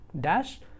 dash